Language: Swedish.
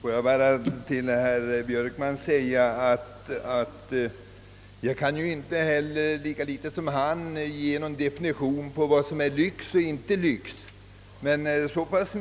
Herr talman! Låt mig bara till herr Björkman säga att jag lika litet som han kan ge någon definition av vad som är lyx och vad som inte är lyx i fråga om bostäder.